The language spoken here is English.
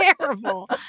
terrible